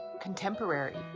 Contemporary